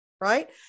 right